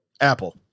Apple